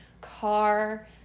car